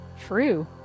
True